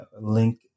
link